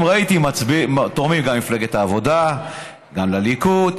ראיתי שתורמים גם למפלגת העבודה גם לליכוד.